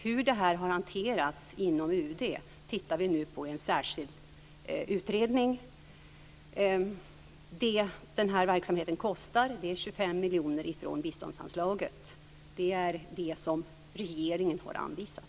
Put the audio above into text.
Hur detta har hanterats inom UD tittar vi nu på i en särskild utredning. Det som den här verksamheten kostar är 25 miljoner kronor från biståndsanslaget. Det är det som regeringen har anvisat.